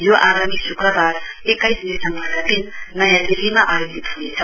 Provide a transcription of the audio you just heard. यो आगामी श्क्रवार एक्काइस दिसम्बरका दिन नयाँ दिल्लीमा आयोजित हुनेछ